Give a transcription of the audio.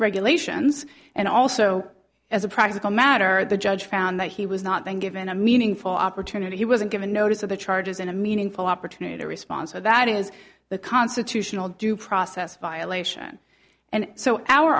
regulations and also as a practical matter the judge found that he was not being given a meaningful opportunity he wasn't given notice of the charges in a meaningful opportunity to respond so that is the constitutional due process violation and so our